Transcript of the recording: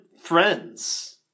friends